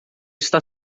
está